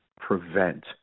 prevent